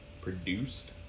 produced